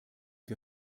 wir